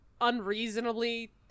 unreasonably